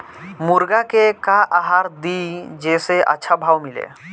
मुर्गा के का आहार दी जे से अच्छा भाव मिले?